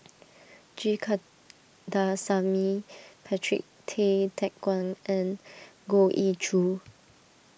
G Kandasamy Patrick Tay Teck Guan and Goh Ee Choo